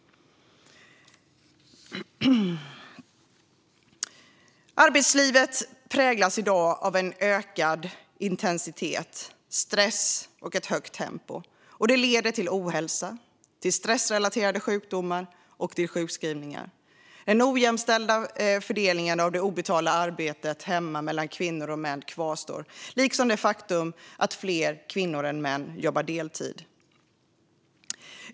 Arbetslivet präglas i dag av ökad intensitet, stress och högt tempo. Detta leder i sin tur till ohälsa, stressrelaterade sjukdomar och sjukskrivningar. Den ojämställda fördelningen av det obetalda hemarbetet mellan kvinnor och män kvarstår, liksom det faktum att fler kvinnor än män jobbar deltid.